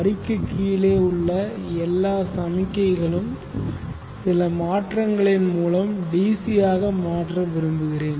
வரிக்கு கீழே உள்ள எல்லா சமிக்ஞைகளையும் சில மாற்றங்களின் மூலம் DC ஆக மாற்ற விரும்புகிறேன்